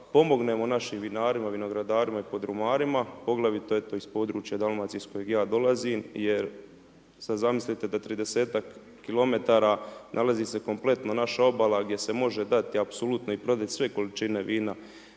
pomognemo našim vinarima, vinogradarima i podrumarima, poglavito iz područja Dalmacije iz kojeg ja dolazim jer sad zamislite da 30ak kilometara nalazi se kompletno naša obala gdje se može dati apsolutno i prodat sve količine vina